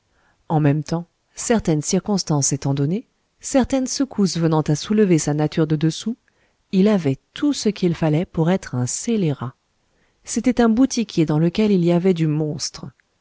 en même temps certaines circonstances étant données certaines secousses venant à soulever sa nature de dessous il avait tout ce qu'il fallait pour être un scélérat c'était un boutiquier dans lequel il y avait du monstre